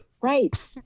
Right